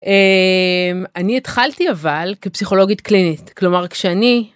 אני התחלתי אבל כפסיכולוגית קלינית ,כלומר כשאני.